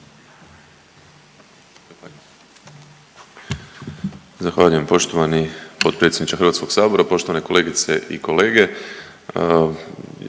Hvala lijepo poštovani predsjedniče Hrvatskog sabora. Poštovane kolegice i kolege,